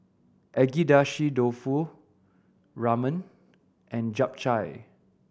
Agedashi Dofu Ramen and Japchae